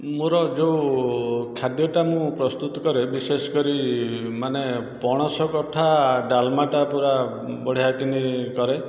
ମୋର ଯେଉଁ ଖାଦ୍ୟଟା ମୁଁ ପ୍ରସ୍ତୁତ କରେ ବିଶେଷ କରି ମାନେ ପଣସ କଠା ଡାଲମାଟା ପୂରା ବଢ଼ିଆକିନି କରେ